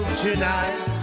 tonight